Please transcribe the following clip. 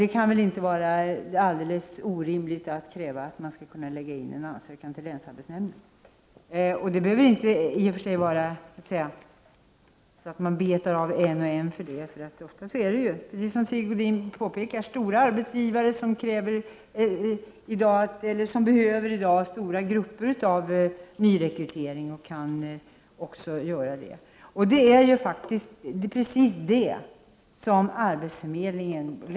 Det kan väl inte vara alldeles orimligt att kräva att de skall lämna in en ansökan till länsarbetsnämnden. Det behöver inte innebära att man gör en särskild ansökan för varje enskild person. Som Sigge Godin påpekade är det ofta fråga om stora arbetsgivare, som i dag har behov av en omfattande nyrekrytering. Det är precis detta som länsarbetsnämnderna skall diskutera med de stora arbetsgivarna.